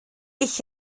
ich